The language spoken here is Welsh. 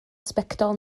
sbectol